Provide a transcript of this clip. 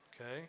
Okay